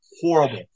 horrible